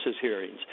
hearings